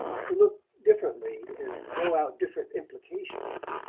to look differently and throw out different implications.